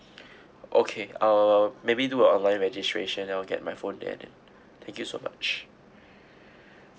okay um maybe do uh online registration then I'll get my phone then thank you so much